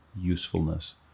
usefulness